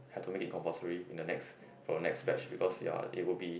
had to make it compulsory in the next for the next batch because ya it would be